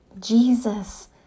Jesus